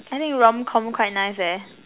I think rom-com quite nice leh